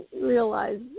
realize